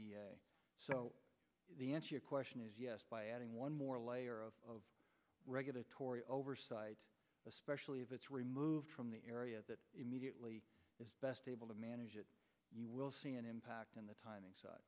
my so the answer your question is yes by adding one more layer of regulatory oversight especially if it's removed from the area that immediately is best able to manage it you will see an impact in the timing side